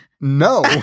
No